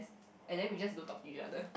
and then we just look talk each other